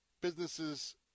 businesses